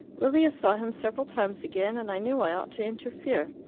lilia saw him several times again, and i knew i ought to interfere.